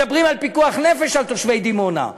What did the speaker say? מדברים על פיקוח נפש, על תושבי דימונה.